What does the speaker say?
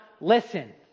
listen